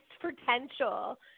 potential